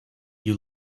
you